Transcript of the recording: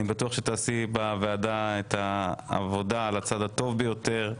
אני בטוח שתעשי בוועדה את העבודה על הצד הטוב ביותר,